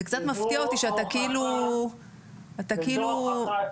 זה קצת מפתיע אותי שאתה כאילו --- וזו ההוכחה,